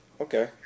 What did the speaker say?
Okay